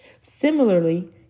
Similarly